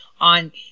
on